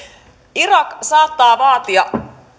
irak saattaa vaatia